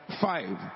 five